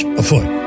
afoot